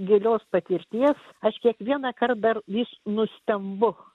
gilios patirties aš kiekvienąkart dar vis nustembu